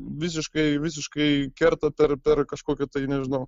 visiškai visiškai kerta per per kažkokį tai nežinau